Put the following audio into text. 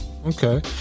Okay